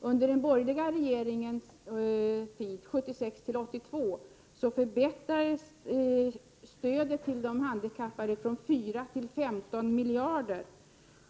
under den borgerliga regeringstiden 1976-1982 förbättrades stödet till de handikappade från 4 till 15 miljarder.